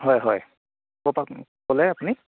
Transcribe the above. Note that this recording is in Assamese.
হয় হয় কৰপৰা ক'লে আপুনি